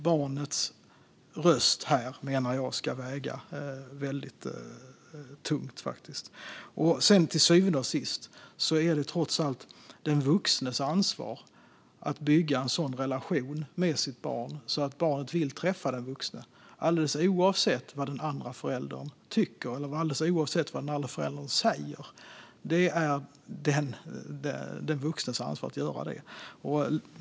Barnets röst ska, menar jag, väga väldigt tungt. Till syvende och sist är det trots allt den vuxnes ansvar att bygga en sådan relation med sitt barn att barnet vill träffa den vuxne, oavsett vad den andra föräldern tycker eller säger. Det är den vuxnes ansvar att göra detta.